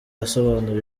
asobanura